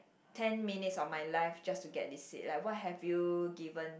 ten minutes of my life just to get this seat like what have you given